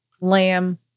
lamb